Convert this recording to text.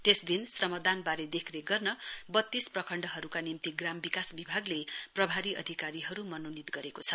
त्यसदिन श्रमदानवारे देखरेख गर्ने वत्तीस प्रखण्डहरुका निम्ति ग्राम विकास विभागले प्रभारी अधिकारीहरु मनोनित गरेका छ